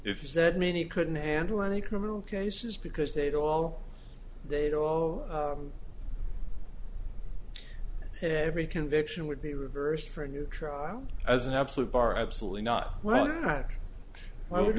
if you said many couldn't handle any criminal cases because they'd all they'd all every conviction would be reversed for a new trial as an absolute bar absolutely not well i would